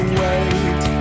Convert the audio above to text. wait